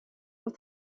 aux